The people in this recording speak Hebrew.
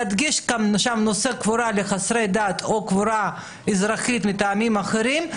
להדגיש שם את נושא הקבורה לחסרי דת או קבורה אזרחית מטעמים אחרים,